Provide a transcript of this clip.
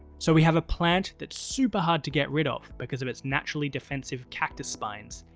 so we have a plant that's super hard to get rid of because of its naturally defensive cactus spines,